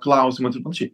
klausimuos ir panašiai